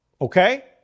Okay